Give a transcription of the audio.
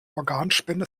organspende